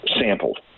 sampled